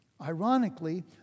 Ironically